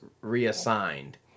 reassigned